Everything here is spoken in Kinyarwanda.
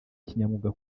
kinyamwuga